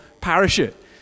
parachute